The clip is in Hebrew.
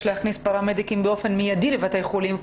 להכניס פאראמדיקים באופן מידיי לבתי החולים.